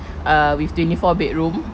err with twenty four bedroom